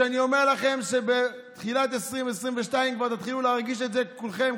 אני אומר לכם שבתחילת 2022 כבר תתחילו להרגיש את זה כולכם,